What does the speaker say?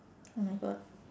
oh my god